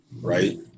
right